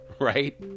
right